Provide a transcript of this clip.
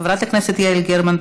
חברת הכנסת יעל גרמן,